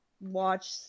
watch